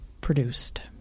produced